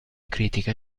critica